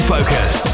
Focus